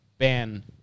ban